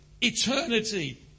Eternity